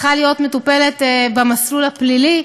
צריכה להיות מטופלת במסלול הפלילי.